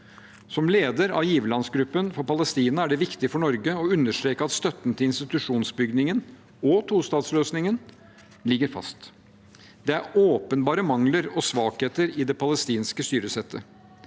Som leder av giverlandsgruppen for Palestina er det viktig for Norge å understreke at støtten til institusjonsbyggingen og tostatsløsningen ligger fast. Det er åpenbare mangler og svakheter i det palestinske styresettet,